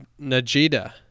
Najida